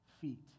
feet